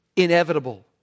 inevitable